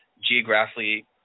geographically